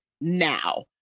now